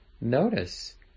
Notice